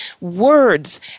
words